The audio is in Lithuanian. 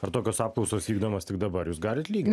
ar tokios apklausos vykdomos tik dabar jūs galit lygint